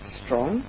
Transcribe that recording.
strong